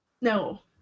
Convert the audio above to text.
No